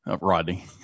Rodney